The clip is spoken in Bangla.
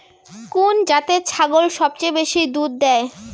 কুন জাতের ছাগল সবচেয়ে বেশি দুধ দেয়?